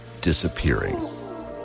disappearing